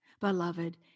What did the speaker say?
Beloved